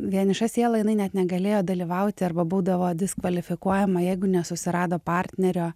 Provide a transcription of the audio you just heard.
vieniša siela jinai net negalėjo dalyvauti arba būdavo diskvalifikuojama jeigu nesusirado partnerio